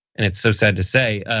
and it's so sad to say,